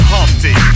Humpty